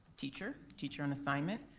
teacher, teacher on assignment,